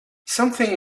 something